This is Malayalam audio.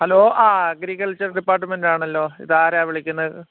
ഹലോ ആ അഗ്രികൾച്ചർ ഡിപ്പാർട്ട്മെൻറ്റാണല്ലോ ഇതാരാ വിളിക്കുന്നത്